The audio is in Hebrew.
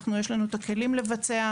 יש לנו את הכלים לבצע,